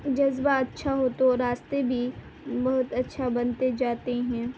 جذبہ اچھا ہو تو راستے بھی بہت اچھا بنتے جاتے ہیں